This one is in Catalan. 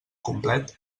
complet